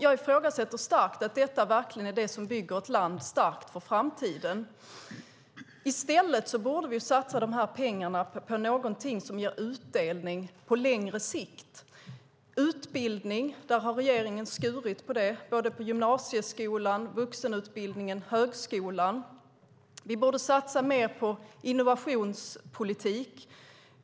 Jag ifrågasätter att detta verkligen är det som bygger ett land starkt för framtiden. Vi borde i stället satsa pengarna på något som ger utdelning på längre sikt, som utbildning. Regeringen har skurit ned på gymnasieskolan, vuxenutbildningen och högskolan. Vi borde satsa mer på innovationspolitik.